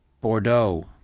Bordeaux